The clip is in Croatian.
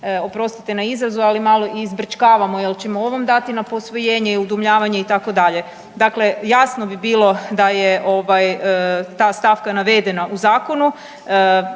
oprostite na izrazu ali malo i izbrčkavamo jel ćemo ovom dati na posvojenje i udomljavanje itd. Dakle, jasno bi bilo da je ovaj ta stavka navedena u zakonu,